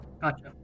Gotcha